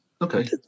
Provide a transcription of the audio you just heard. Okay